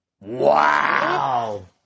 Wow